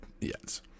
Yes